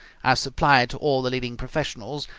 as supplied to all the leading professionals,